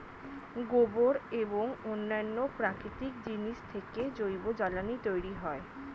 গোবর এবং অন্যান্য প্রাকৃতিক জিনিস থেকে জৈব জ্বালানি তৈরি হয়